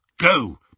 Go